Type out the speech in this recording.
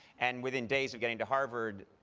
and within days of getting to harvard,